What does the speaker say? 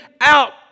out